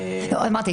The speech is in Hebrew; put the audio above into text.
אמרתי.